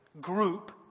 group